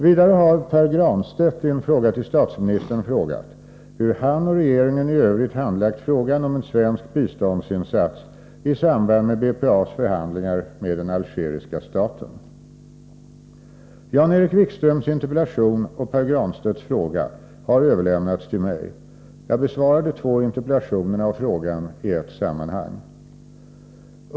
Vidare har Pär Granstedt i en fråga till statsministern frågat hur han och regeringen i övrigt handlagt frågan om en svensk biståndsinsats i samband med BPA:s förhandlingar med den algeriska staten. Jan-Erik Wikströms interpellation och Pär Granstedts fråga har överlämnats till mig. Jag besvarar de två interpellationerna och frågan i ett sammanhang.